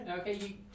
Okay